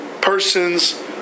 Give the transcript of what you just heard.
person's